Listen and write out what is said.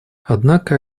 однако